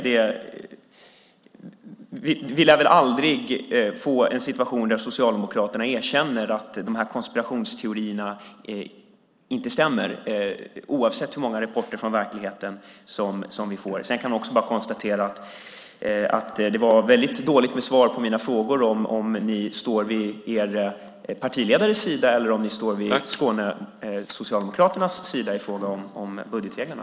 Vi lär väl aldrig få en situation där Socialdemokraterna erkänner att de här konspirationsteorierna inte stämmer, oavsett hur många rapporter från verkligheten som vi får. Sedan kan jag också bara konstatera att det var väldigt dåligt med svar på mina frågor om ni står vid er partiledares sida eller de skånska socialdemokraternas sida i fråga om budgetreglerna.